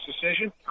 decision